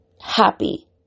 happy